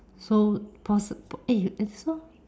so pos~ eh so